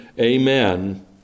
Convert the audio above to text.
Amen